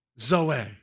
Zoe